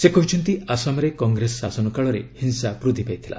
ସେ କହିଛନ୍ତି ଆସାମରେ କଂଗ୍ରେସ ଶାସନ କାଳରେ ହିଂସା ବୃଦ୍ଧି ପାଇଥିଲା